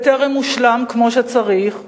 וטרם הושלם כמו שצריך,